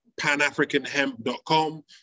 panafricanhemp.com